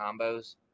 combos